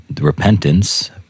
repentance